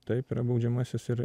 taip yra baudžiamasis ir